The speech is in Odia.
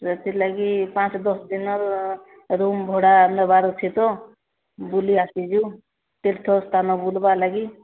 ସେଥିଲାଗି ପାଞ୍ଚ ଦଶ ଦିନର ରୁମ୍ ଭଡ଼ା ନେବାର ଅଛି ତ ବୁଲି ଆସିଛୁ ତୀର୍ଥସ୍ଥାନ ବୁଲିବାର ଲାଗି